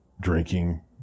drinking